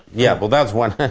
yeah, well, that's one,